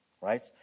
right